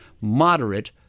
moderate